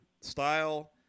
Style